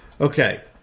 Okay